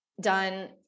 done